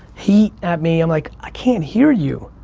heat at me, i'm like, i can't hear you.